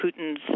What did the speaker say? Putin's